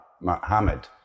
Muhammad